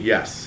Yes